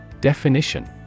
Definition